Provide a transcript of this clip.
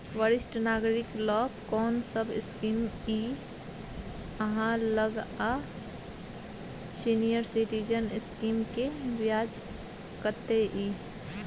वरिष्ठ नागरिक ल कोन सब स्कीम इ आहाँ लग आ सीनियर सिटीजन स्कीम के ब्याज कत्ते इ?